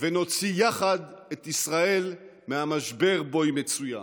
ונוציא יחד את ישראל מהמשבר שבו היא מצויה.